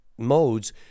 Modes